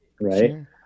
right